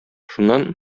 шуннан